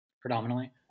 predominantly